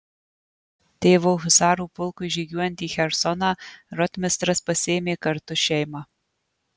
tėvo husarų pulkui žygiuojant į chersoną rotmistras pasiėmė kartu šeimą